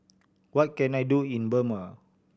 what can I do in Burma